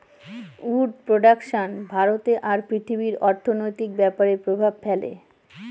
would production ভারতে আর পৃথিবীর অর্থনৈতিক ব্যাপরে প্রভাব ফেলে